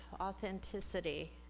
authenticity